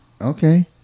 Okay